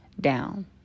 down